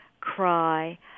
cry